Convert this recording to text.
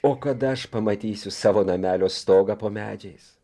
o kada aš pamatysiu savo namelio stogą po medžiais